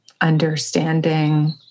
understanding